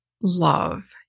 love